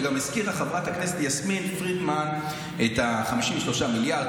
וגם הזכירה חברת הכנסת יסמין פרידמן את ה-53 מיליארד,